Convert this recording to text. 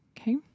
Okay